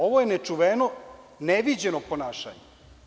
Ovo je nečuveno, neviđeno ponašanje.